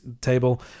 table